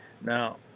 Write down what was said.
Now